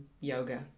yoga